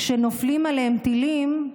כשנופלים עליהם טילים,